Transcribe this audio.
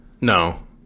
no